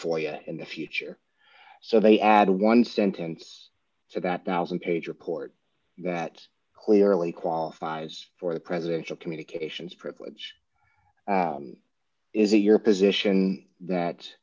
for you in the future so they add one sentence to that one thousand page report that clearly qualifies for the presidential communications privilege is it your position that